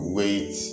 wait